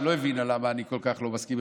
שלא הבינה למה אני כל כך לא מסכים,